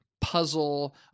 puzzle